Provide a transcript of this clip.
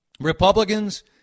Republicans